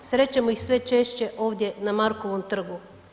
Srećemo ih sve češće ovdje na Markovom trgu.